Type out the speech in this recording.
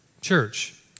church